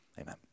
Amen